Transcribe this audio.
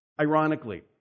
Ironically